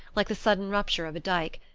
like the sudden rupture of a dyke.